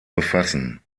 befassen